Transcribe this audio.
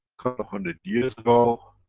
and hundred years ago,